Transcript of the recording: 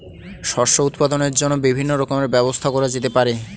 শস্য উৎপাদনের জন্য বিভিন্ন রকমের ব্যবস্থা করা যেতে পারে